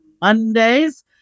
Mondays